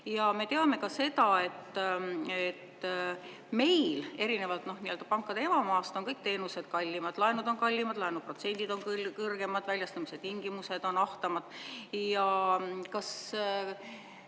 Ja me teame ka seda, et meil erinevalt n-ö pankade emamaast on kõik teenused kallimad. Laenud on kallimad, laenuprotsendid on kõrgemad, väljastamise tingimused on ahtamad. Kas